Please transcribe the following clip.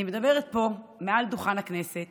אני מדברת פה מעל דוכן הכנסת